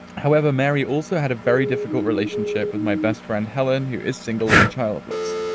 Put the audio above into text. however, mary also had a very difficult relationship with my best friend helen, who is single and childless.